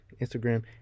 Instagram